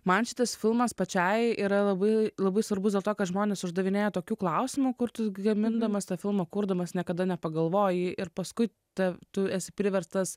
man šitas filmas pačiai yra labai labai svarbus dėl to kad žmonės uždavinėja tokių klausimų kur tu gamindamas tą filmą kurdamas niekada nepagalvoji ir paskui ta tu esi priverstas